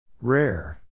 Rare